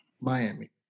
Miami